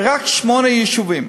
רק של שמונה יישובים,